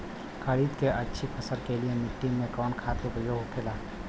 खरीद के अच्छी फसल के लिए मिट्टी में कवन खाद के प्रयोग होखेला?